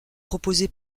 proposé